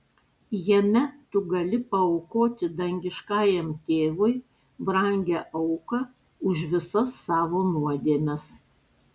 jame tu gali paaukoti dangiškajam tėvui brangią auką už visas savo nuodėmes